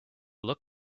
look